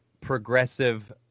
progressive